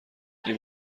خیلی